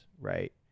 right